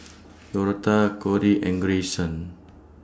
Dortha Kori and Greyson